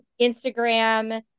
Instagram